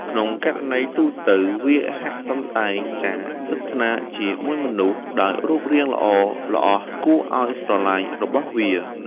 ក្នុងករណីទូទៅ វាហាក់សម្ដែងការស្និទ្ធស្នាលជាមួយមនុស្ស ដោយរូបរាងល្អល្អះគួរឱ្យស្រឡាញ់របស់វា។